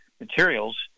materials